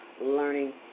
Learning